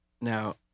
Now